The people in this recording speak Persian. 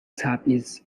تبعیض